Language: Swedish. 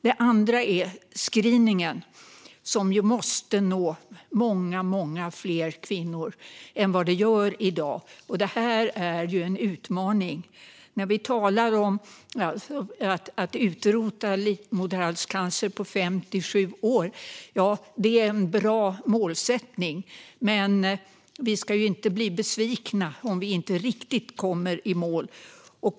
Det andra är screeningen, som ju måste nå många fler kvinnor än vad den gör i dag. Det här är en utmaning. Vi talar om att utrota livmoderhalscancer på fem till sju år. Det är en bra målsättning, men vi ska inte bli besvikna om vi inte riktigt kommer i mål.